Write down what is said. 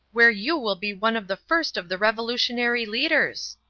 where you will be one of the first of the revolutionary leaders.